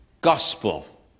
Gospel